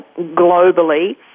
globally